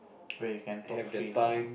where you can talk freely